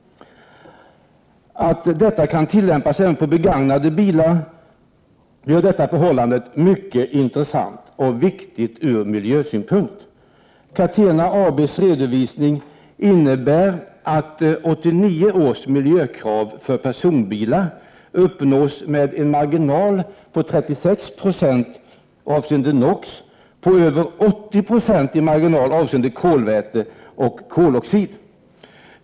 Detta kan tillämpas även på begagnade bilar, vilket är mycket intressant och viktigt ur miljösynpunkt. Catena AB:s redovisning innebär att 1989 års miljökrav för personbilar uppnås med 36 96 marginal avseende NO, och med över 80 90 marginal avseende kolväte och koloxid.